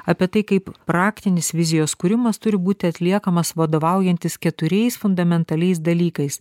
apie tai kaip praktinis vizijos kūrimas turi būti atliekamas vadovaujantis keturiais fundamentaliais dalykais